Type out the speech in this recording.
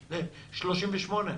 38,